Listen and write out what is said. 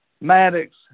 Maddox